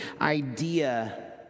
idea